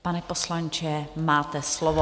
Pane poslanče, máte slovo.